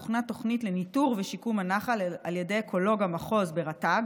הוכנה תוכנית לניטור ושיקום הנחל על ידי אקולוג המחוז ברט"ג,